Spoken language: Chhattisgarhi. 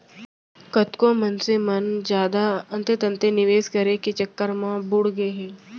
कतको मनसे मन जादा अंते तंते निवेस करई के चक्कर म बुड़ गए हे